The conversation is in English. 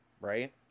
right